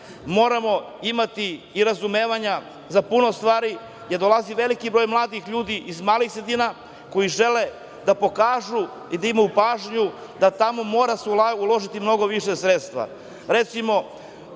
moramo imati i razumevanja za puno stvari, jer dolazi veliki broj mladih ljudi iz malih sredina koji želi da pokažu i da imaju pažnju da se tamo mora uložiti mnogo više sredstva.